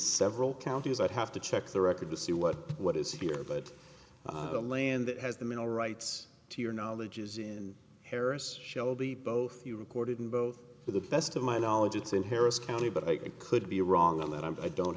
several counties i'd have to check the record to see what what is here but the land that has the mineral rights to your knowledge is in harris shelby both you recorded in both for the best of my knowledge it's in harris county but i could be wrong on that i don't